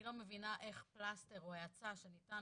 שאני לא מבינה איך פלסטר או האצה שניתנת